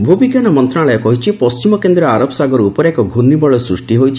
ଭୂ ବିଜ୍ଞାନ ମନ୍ତ୍ରଣାଳୟ କହିଛି ପଣ୍ଟିମ କେନ୍ଦ୍ରୀୟ ଆରବ ସାଗର ଉପରେ ଏକ ଘୂର୍ଷିବଳୟ ସୂଷ୍ଟି ହୋଇଛି